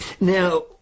Now